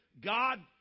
God